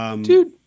Dude